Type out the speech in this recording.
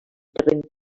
terreny